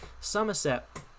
Somerset